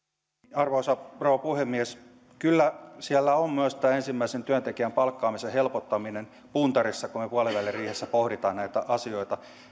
arvoisa rouva puhemies kyllä siellä on myös tämä ensimmäisen työntekijän palkkaamisen helpottaminen puntarissa kun me puoliväliriihessä pohdimme näitä asioita